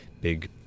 big